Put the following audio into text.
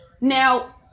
Now